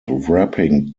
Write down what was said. wrapping